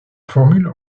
formule